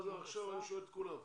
השאלה מופנות לכולם.